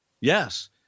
Yes